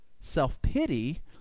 Self-pity